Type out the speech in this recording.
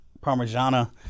parmigiana